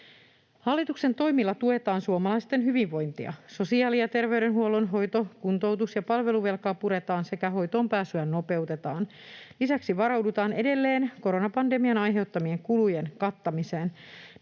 Hallituksen toimilla tuetaan suomalaisten hyvinvointia. Sosiaali‑ ja terveydenhuollon hoito‑, kuntoutus‑ ja palveluvelkaa puretaan sekä hoitoonpääsyä nopeutetaan. Lisäksi varaudutaan edelleen koronapandemian aiheuttamien kulujen kattamiseen.